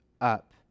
up